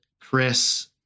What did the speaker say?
chris